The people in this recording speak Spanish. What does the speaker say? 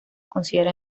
considera